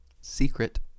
secret